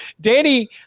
Danny